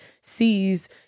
sees